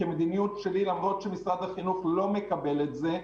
כמדינות שלי, למרות שמשרד החינוך לא מקבל את זה,